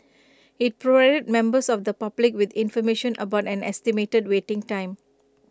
IT provided members of the public with information about an estimated waiting time